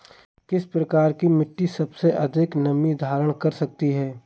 किस प्रकार की मिट्टी सबसे अधिक नमी धारण कर सकती है?